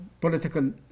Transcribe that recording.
political